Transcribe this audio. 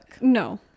No